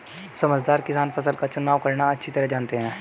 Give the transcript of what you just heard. समझदार किसान फसल का चुनाव करना अच्छी तरह जानते हैं